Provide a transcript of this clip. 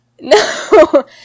No